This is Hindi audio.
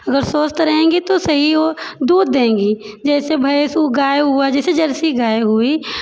अगर स्वस्थ रहेंगी तो सही वो दूध देंगी जैसे भैंस हो गाय हुआ जैसे जरसी गाय हुई